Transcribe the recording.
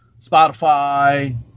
spotify